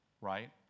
Right